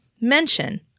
mention